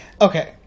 Okay